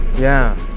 yeah,